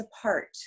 apart